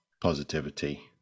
positivity